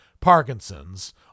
Parkinson's